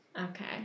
Okay